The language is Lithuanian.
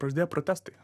prasidėjo protestai